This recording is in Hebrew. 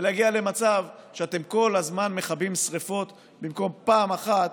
ולהגיע למצב שאתם כל הזמן מכבים שרפות במקום פעם אחת